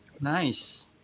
Nice